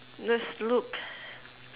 let's look